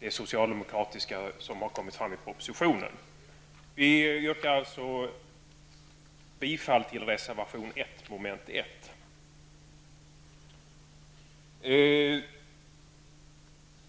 det socialdemokratiska, framförs i propositionen. Jag yrkar alltså bifall till reservation 1, mom. 1.